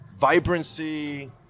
vibrancy